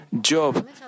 Job